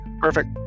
Perfect